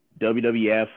WWF